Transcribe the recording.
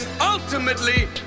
ultimately